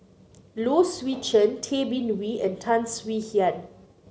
Low Swee Chen Tay Bin Wee and Tan Swie Hian